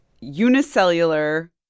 unicellular